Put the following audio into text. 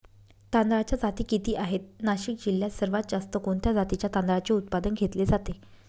तांदळाच्या जाती किती आहेत, नाशिक जिल्ह्यात सर्वात जास्त कोणत्या जातीच्या तांदळाचे उत्पादन घेतले जाते?